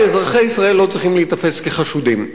אזרחי ישראל לא צריכים להיתפס כחשודים.